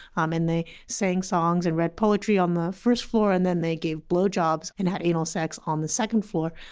um and they sang songs and read poetry on the first floor and then they gave blowjobs and had anal sex on the second floor.